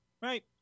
right